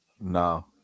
No